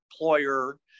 employer